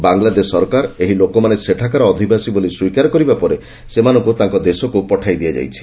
ବାଂଲାଦେଶ ସରକାର ଏହି ଲୋକମାନେ ସେଠାକାର ଅଧିବାସୀ ବୋଲି ସ୍ୱୀକାର କରିବା ପରେ ସେମାନଙ୍କ ତାଙ୍କ ଦେଶକୁ ପଠାଇ ଦିଆଯାଇଛି